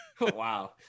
Wow